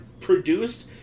produced